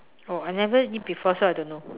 oh I never eat before so I don't know